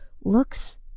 looks